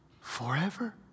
forever